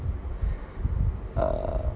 err